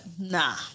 nah